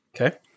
okay